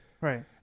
right